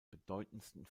bedeutendsten